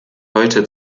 heute